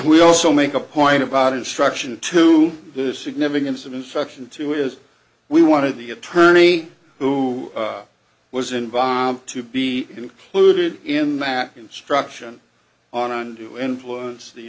we also make a point about instruction to the significance of instruction two is we wanted the attorney who was involved to be included in that instruction on undue influence the